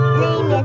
name